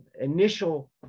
initial